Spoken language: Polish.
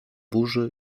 burzy